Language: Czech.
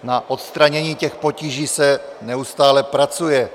Na odstranění těch potíží se neustále pracuje.